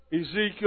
Ezekiel